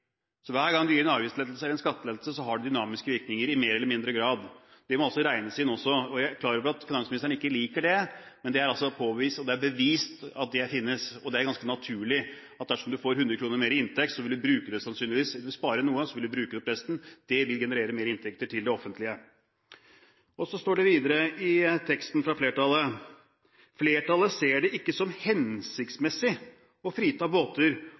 i mer eller mindre grad. Det må også regnes inn. Jeg er klar over at finansministeren ikke liker det, men det er altså påvist. Det er bevist at det finnes. Det er ganske naturlig at dersom du får 100 kr mer i inntekt, vil du sannsynligvis bruke det. Du vil spare noe, og så vil du bruke opp resten. Det vil generere mer inntekter til det offentlige. Så står det videre i teksten fra flertallet: «Flertallet ser det ikke som hensiktsmessig å frita båter